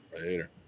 Later